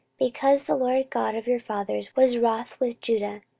because the lord god of your fathers was wroth with judah,